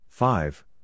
Five